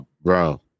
bro